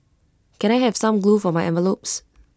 can I have some glue for my envelopes